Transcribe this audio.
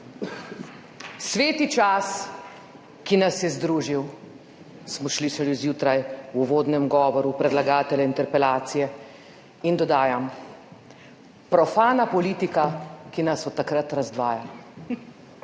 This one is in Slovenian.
Sveti čas, ki nas je združil, smo slišali zjutraj v uvodnem govoru predlagatelja interpelacije. In dodajam: profana politika, ki nas od takrat razdvaja.